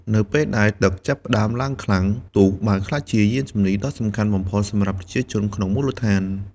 នៅពេលដែលទឹកចាប់ផ្តើមឡើងខ្លាំង ទូកបានក្លាយជាយានជំនិះដ៏សំខាន់បំផុតសម្រាប់ប្រជាជនក្នុងមូលដ្ឋាន។